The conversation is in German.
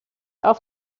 auf